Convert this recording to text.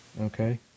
Okay